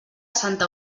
santa